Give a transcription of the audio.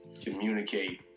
communicate